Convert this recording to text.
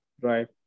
Right